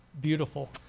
beautiful